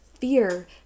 fear